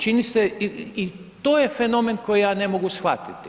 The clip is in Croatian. Čini se i to je fenomen koji ja ne mogu shvatiti.